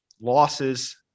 losses